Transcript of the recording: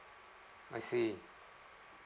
I see